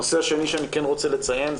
הנושא השני שאני כן רוצה לציין,